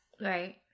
Right